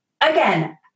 Again